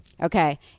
Okay